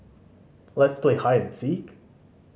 let's play hide and seek